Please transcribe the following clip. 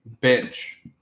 bench